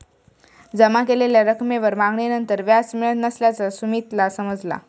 जमा केलेल्या रकमेवर मागणीनंतर व्याज मिळत नसल्याचा सुमीतला समजला